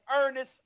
earnest